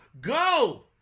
go